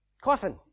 coffin